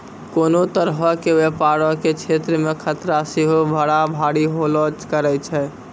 कोनो तरहो के व्यपारो के क्षेत्रो मे खतरा सेहो बड़ा भारी होलो करै छै